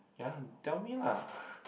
ya tell me lah